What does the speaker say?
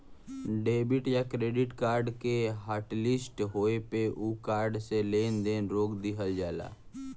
debit या credit card के hotlist होये पे उ कार्ड से लेन देन रोक दिहल जाला